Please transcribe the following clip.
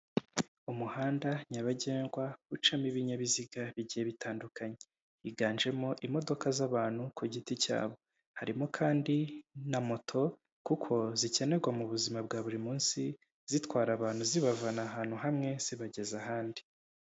Umuhanda nyabagendwa ucamo ibinyabiziga bigiye bitandukanye, higanjemo imodoka z'abantu ku giti cyabo harimo kandi na moto kuko zikenerwa mu buzima bwa buri munsi zitwara abantu zibavana ahantu hamwe zibageza ahandi.